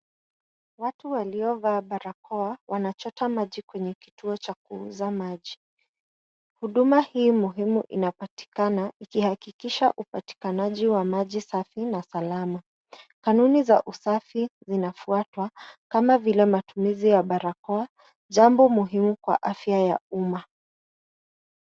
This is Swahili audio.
Watu waliovaa barakoa, wanachota maji katika kituo cha kuuza maji. Huduma hii muhimu inapatikana, ikihakikisha upatikanaji wa maji safi, na usalama. Kanuni za usafi zinafuatwa, kama vile matumizi ya barakoa, jambo muhimu kwa afya ya umma.